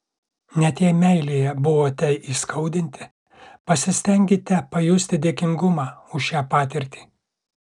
net jei meilėje buvote įskaudinti pasistenkite pajusti dėkingumą už šią patirtį